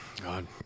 God